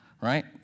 right